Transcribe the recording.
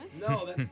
No